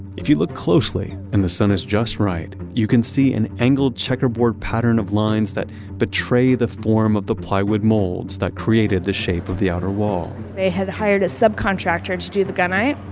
if you look closely and the sun is just right, you can see an angle checkerboard pattern of lines that betray the form of the plywood molds that created the shape of the outer wall they had hired a subcontractor to do the gunite.